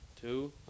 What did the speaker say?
Two